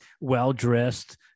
well-dressed